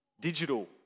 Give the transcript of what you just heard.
digital